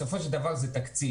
בסופו של דבר זה תקציב.